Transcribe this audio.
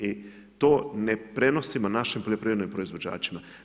I to ne prenosi našim poljoprivrednim proizvođačima.